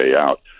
out